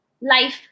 Life